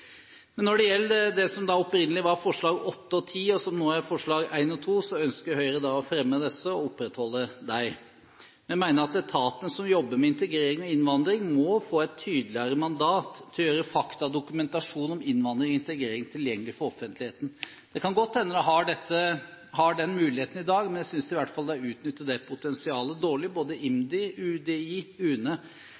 Når det gjelder det som opprinnelig var forslagene nr. 8 og 10, og som nå er forslagene nr. 1 og nr. 2, ønsker Høyre å opprettholde disse – og fremmer dem. Forslag nr. 1 fremmer vi sammen med Kristelig Folkeparti. Vi mener at etatene som jobber med integrering og innvandring, må få et tydeligere mandat til å gjøre fakta og dokumentasjon om innvandring og integrering tilgjengelig for offentligheten. Det kan godt hende de har den muligheten i dag, men jeg synes de i hvert fall utnytter dette potensialet dårlig. Både